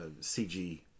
cg